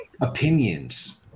opinions